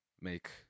make